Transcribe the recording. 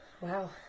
Wow